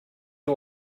you